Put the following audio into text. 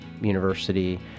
university